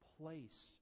place